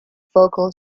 focal